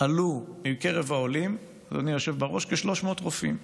עלו מקרב העולים כ-300 רופאים.